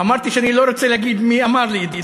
אמרתי שאני לא רוצה להגיד מי אמר לי את זה.